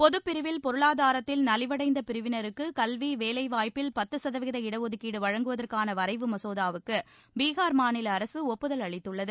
பொதுப்பிரிவில் பொருளாதாரத்தில் நலிவடைந்த பிரிவினருக்கு கல்வி வேலைவாய்ப்பில் பத்து கதவீத இடஒதுக்கீடு வழங்குவதற்கான வரைவு மசோதாவுக்கு பீகார் மாநில அரசு ஒப்புதல் அளித்துள்ளது